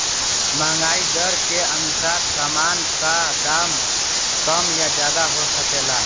महंगाई दर के अनुसार सामान का दाम कम या ज्यादा हो सकला